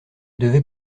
devait